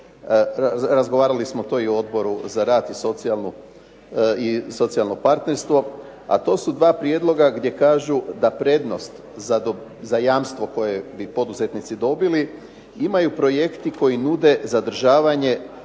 Razgovarali smo to i u Odboru za rad i socijalno partnerstvo, a to su 2 prijedloga gdje kažu da prednost za jamstvo koje bi poduzetnici dobili imaju projekti koji nude zadržavanje